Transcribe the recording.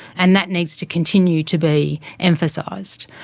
and that needs to continue to be emphasized.